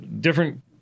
different